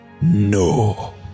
no